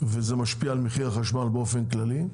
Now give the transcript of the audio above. וזה משפיע על מחיר החשמל באופן כללי.